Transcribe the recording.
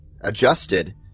adjusted